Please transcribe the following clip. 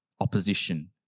opposition